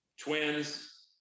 twins